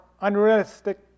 unrealistic